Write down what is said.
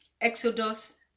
exodus